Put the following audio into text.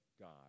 God